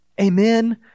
Amen